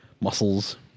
muscles